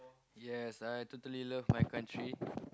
yes I totally love my country